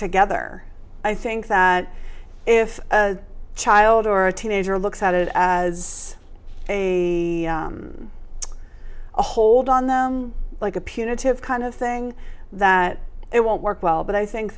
together i think that if a child or a teenager looks at it as a a hold on them like a punitive kind of thing that it won't work well but i think